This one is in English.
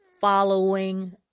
following